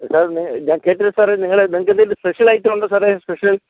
sir ഞാൻ കേട്ടില്ല സാറേ നിങ്ങളെ നിങ്ങൾക്കെന്തേലും സ്പെഷ്യലൈറ്റമുണ്ടോ സാറേ സ്പെഷ്യൽ